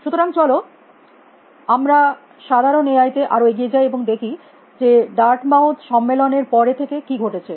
সুতরাং চলো আমরা সাধারণ এআই তে আরো এগিয়ে যাই এবং দেখি যে ডার্ট মাউথ সম্মেলন এর পর থেকে কী ঘটেছে